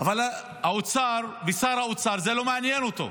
אבל האוצר ושר האוצר, זה לא מעניין אותו.